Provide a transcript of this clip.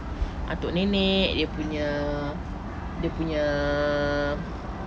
atuk nenek dia punya dia punya